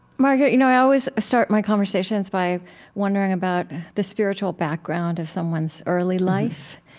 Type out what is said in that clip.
margaret, you know i always start my conversations by wondering about the spiritual background of someone's early life.